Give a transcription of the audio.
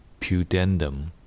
pudendum